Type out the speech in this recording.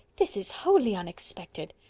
this is wholly unexpected.